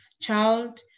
child